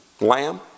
Lamb